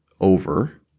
over